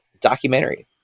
documentary